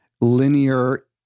linear